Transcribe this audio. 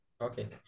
Okay